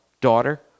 daughter